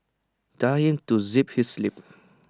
tell him to zip his lip